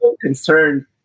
concerned